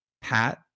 Pat